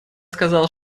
сказал